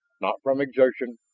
not from exertion,